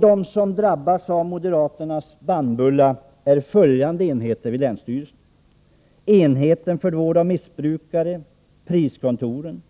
De som drabbas av moderaternas bannbulla är följande enheter vid länsstyrelserna: enheten för vård av missbrukare och priskontoren.